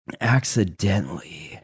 Accidentally